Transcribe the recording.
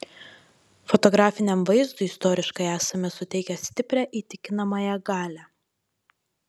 fotografiniam vaizdui istoriškai esame suteikę stiprią įtikinamąją galią